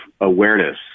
awareness